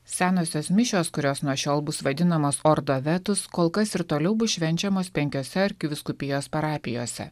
senosios mišios kurios nuo šiol bus vadinamas orda vetus kol kas ir toliau bus švenčiamos penkiose arkivyskupijos parapijose